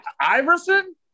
Iverson